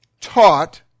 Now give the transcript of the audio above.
taught